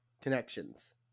connections